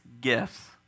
gifts